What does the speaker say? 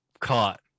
caught